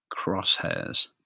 crosshairs